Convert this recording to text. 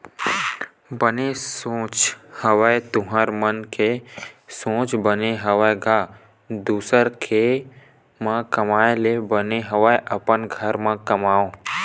बने सोच हवस तुँहर मन के सोच बने हवय गा दुसर के म कमाए ले बने हवय अपने घर म कमाओ